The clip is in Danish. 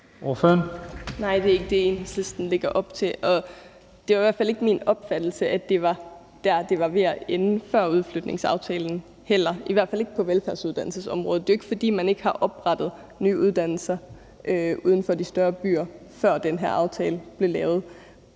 Nej, det er ikke det, Enhedslisten lægger op til. Det var heller ikke min opfattelse, at det var der, det var ved at ende før udflytningsaftalen, i hvert fald ikke på velfærdsuddannelsesområdet. Det er jo ikke, fordi man ikke har oprettet nye uddannelser uden for de større byer, før den her aftale blev lavet.